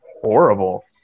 horrible